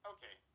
Okay